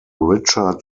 richard